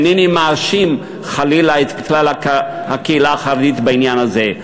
אינני מאשים חלילה את כלל הקהילה החרדית בעניין הזה.